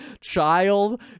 child